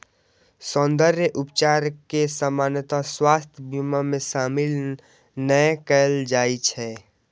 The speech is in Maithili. सौंद्रर्य उपचार कें सामान्यतः स्वास्थ्य बीमा मे शामिल नै कैल जाइ छै